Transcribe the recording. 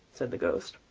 said the ghost.